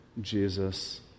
Jesus